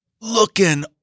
looking